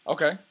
Okay